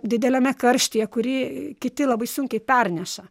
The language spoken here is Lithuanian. dideliame karštyje kurį kiti labai sunkiai perneša